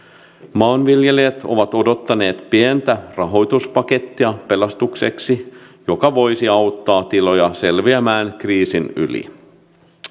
maanviljelijät ovat odottaneet pientä rahoituspakettia pelastukseksi joka voisi auttaa tiloja selviämään kriisin yli